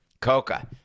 Coca